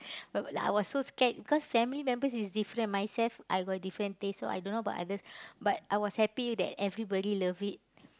but like I was so scared because family members is different myself I got different taste so I don't know about others but I was happy that everybody love it